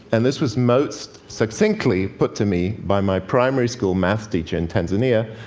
and this was most succinctly put to me by my primary school math teacher in tanzania,